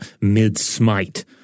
mid-smite